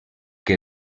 que